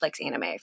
anime